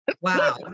wow